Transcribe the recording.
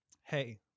hey